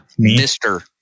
Mr